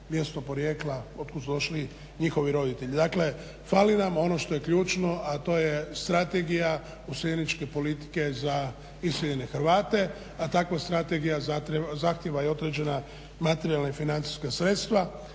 mjesto porijekla od kud su došli njihovi roditelji. Dakle, fali nam ono što je ključno, a to je strategija useljeničke politike za iseljene Hrvate, a takva strategija zahtjeva i određena materijalna i financijska sredstva.